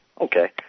okay